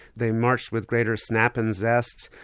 they marched with greater snap and zest,